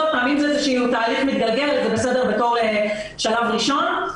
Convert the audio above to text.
אז אם זה איזשהו תהליך מתגלגל זה בסדר בתור שלב ראשון.